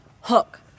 hook